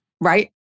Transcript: right